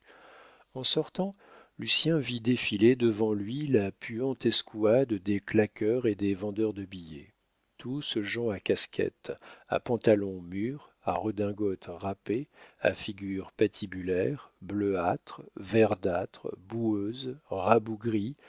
en sortant lucien vit défiler devant lui la puante escouade des claqueurs et des vendeurs de billets tous gens à casquettes à pantalons mûrs à redingotes râpées à figures patibulaires bleuâtres verdâtres boueuses rabougries